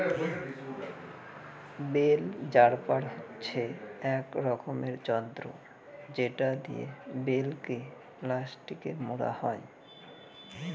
bell wrapper হচ্ছে এক রকমের যন্ত্র যেটা দিয়ে বেল কে প্লাস্টিকে মোড়া হয়